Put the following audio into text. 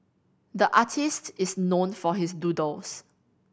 the artist is known for his doodles